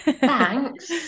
Thanks